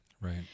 Right